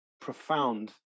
profound